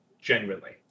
genuinely